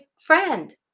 friend